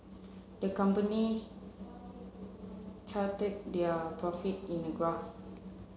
the company charted their profit in a graph